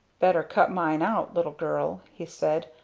better cut mine out, little girl, he said.